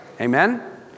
Amen